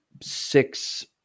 six